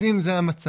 אז אם זה המצב,